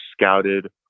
scouted